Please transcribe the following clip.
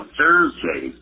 Thursday